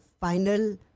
final